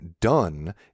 done